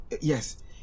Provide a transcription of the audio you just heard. yes